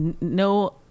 no